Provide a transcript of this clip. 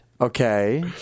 Okay